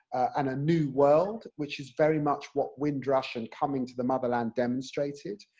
and a new world, which is very much what windrush, and coming to the motherland demonstrated.